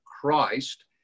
Christ